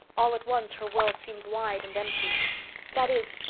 all at once her world seemed wide and empty that is,